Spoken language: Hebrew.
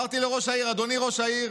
אמרתי לראש העיר: אדוני ראש העיר,